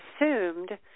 assumed